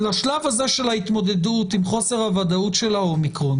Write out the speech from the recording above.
לשלב הזה של ההתמודדות עם חוסר הוודאות של ה-אומיקרון